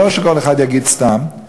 לא שכל אחד יגיד סתם,